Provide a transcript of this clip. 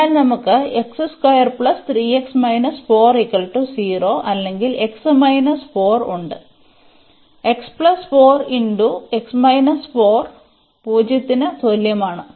അതിനാൽ നമുക്ക് അല്ലെങ്കിൽ x മൈനസ് 4 ഉണ്ട് അതിനാൽ 0 ന് തുല്യമാണ്